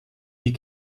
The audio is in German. die